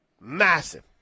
massive